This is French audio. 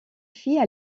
filles